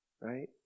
right